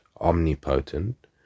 omnipotent